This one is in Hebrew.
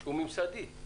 שהוא ממסדי?